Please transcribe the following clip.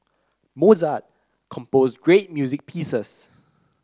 Mozart composed great music pieces